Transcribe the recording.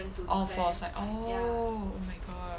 orh for psych oh oh my god